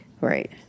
Right